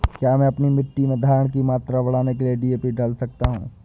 क्या मैं अपनी मिट्टी में धारण की मात्रा बढ़ाने के लिए डी.ए.पी डाल सकता हूँ?